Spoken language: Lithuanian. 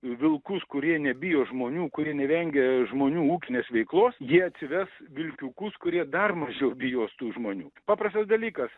vilkus kurie nebijo žmonių kurie nevengia žmonių ūkinės veiklos jie atsives vilkiukus kurie dar mažiau bijos tų žmonių paprastas dalykas